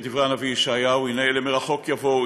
כדברי הנביא ישעיהו: "הנה אלה מרחוק יבאו,